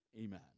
Amen